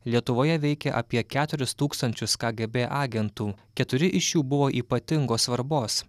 lietuvoje veikė apie keturis tūkstančius kgb agentų keturi iš jų buvo ypatingos svarbos